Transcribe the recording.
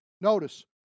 Notice